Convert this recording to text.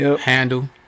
handle